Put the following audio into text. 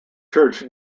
church